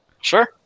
Sure